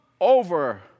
over